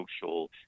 social